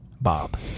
Bob